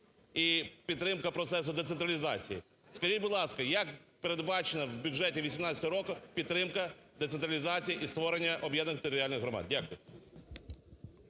і підтримка процесу децентралізації. Скажіть, будь ласка, як передбачена в бюджеті 2018 року підтримка децентралізації і створення об'єднаних територіальних громад? Дякую.